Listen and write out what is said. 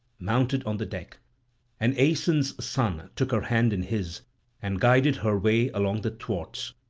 mounted on the deck and aeson's son took her hand in his and guided her way along the thwarts.